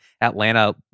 atlanta